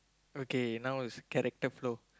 okay now is character flaw